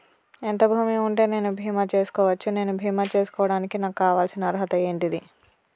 ఎంత భూమి ఉంటే నేను బీమా చేసుకోవచ్చు? నేను బీమా చేసుకోవడానికి నాకు కావాల్సిన అర్హత ఏంటిది?